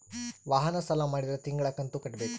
ವಾಹನ ಸಾಲ ಮಾಡಿದ್ರಾ ತಿಂಗಳ ಕಂತು ಕಟ್ಬೇಕು